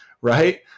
right